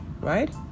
right